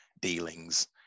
dealings